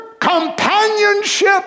companionship